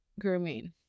grooming